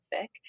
thick